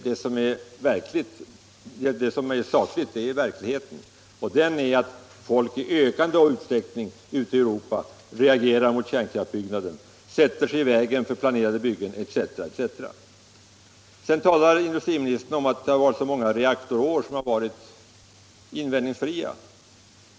Det som är sakligt är verkligheten, det är att folk i ökande utsträckning ute i Europa reagerar mot kärnkraftsutbyggnaden, sätter sig i vägen för planerade byggen etc. Industriministern framhåller att det har varit så många invändningsfria reaktorår.